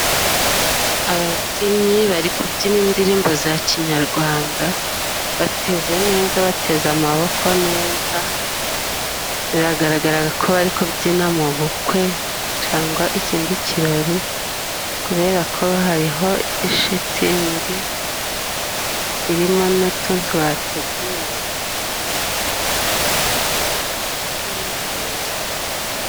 Ababyinnyi bari kubyina indirimbo za kinyarwanda bateze neza, bateze amaboko neza biragaragaraga ko bari kubyina mu bukwe cangwa ikindi kirori kubera ko hariho ishitingi irimo na tente bateguyemo, biragaragara ko ari mu kirori.